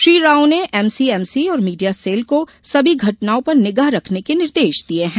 श्री राव ने एमसीएमसी और media cell को सभी घटनाओं पर निगाह रखने के निर्देश दिये है